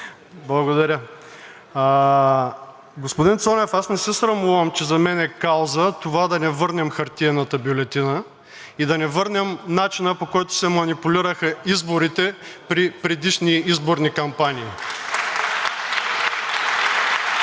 Благодаря. Господин Цонев, аз не се срамувам, че за мен е кауза това да не върнем хартиената бюлетина и да не върнем начина, по който се манипулираха изборите при предишни изборни кампании.